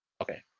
Okay